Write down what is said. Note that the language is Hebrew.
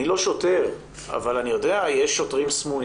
אני לא שוטר, אבל אני יודע, יש שוטרים סמויים,